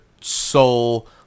soul